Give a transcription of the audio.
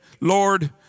Lord